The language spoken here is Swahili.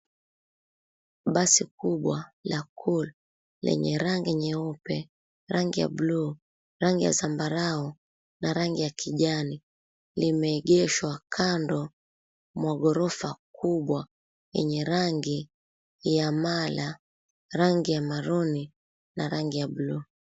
Basi kubwa la, Cool lenye rangi nyeupe, rangi ya bluu, rangi ya zambarau na rangi ya kijani limeegeshwa kando mwa gorofa kubwa lenye rangi ya mala, rangi ya marooni na rangi ya bluu.